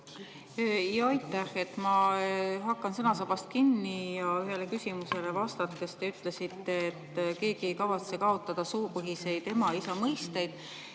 Aitäh! Ma hakkan sõnasabast kinni. Ühele küsimusele vastates te ütlesite, et keegi ei kavatse kaotada soopõhiseid mõisteid